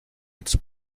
its